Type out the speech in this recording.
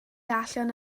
allan